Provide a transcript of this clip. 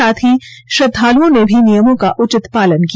साथ ही श्रद्दालुओं ने भी नियमों का उचित पालन किया